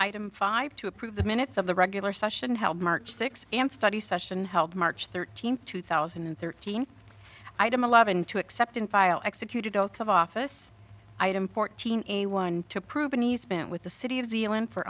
item five to approve the minutes of the regular session held march sixth and study session held march thirteenth two thousand and thirteen item a law into accepting file executed oaths of office item fourteen a one to prove and he's been with the city of zealand for